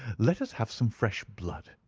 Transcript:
let us have some fresh blood,